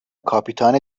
کاپیتان